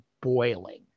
boiling